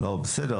בסדר,